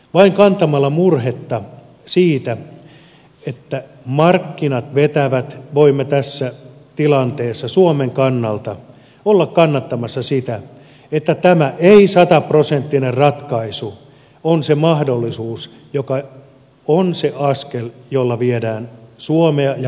vain kantamalla murhetta siitä että markkinat vetävät voimme tässä tilanteessa suomen kannalta olla kannattamassa sitä että tämä ei sataprosenttinen ratkaisu on se mahdollisuus joka on se askel jolla viedään suomea ja päätöksentekoa eteenpäin